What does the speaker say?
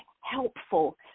helpful